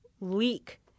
leak